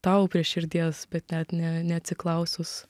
tau prie širdies bet net ne neatsiklausus